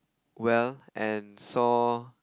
well and saw